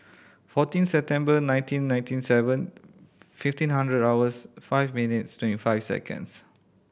fourteen September nineteen ninety seven fifteen hundred hours five minutes twenty five seconds